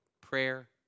Prayer